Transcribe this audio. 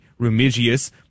Rumigius